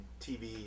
TV